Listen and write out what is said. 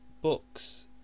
books